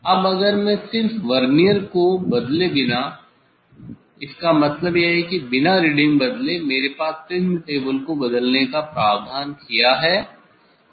अब अगर मैं सिर्फ वर्नियर को बदले बिना इसका मतलब यह है कि बिना रीडिंग बदले मेरे पास प्रिज्म टेबल को बदलने का प्रावधान किया है